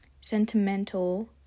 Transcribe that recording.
sentimental